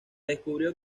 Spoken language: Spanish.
descubrió